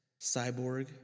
Cyborg